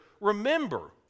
remember